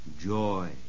joy